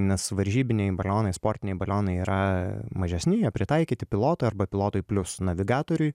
nes varžybiniai balionai sportiniai balionai yra mažesni jie pritaikyti pilotui arba pilotui plius navigatoriui